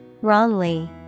Wrongly